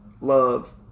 love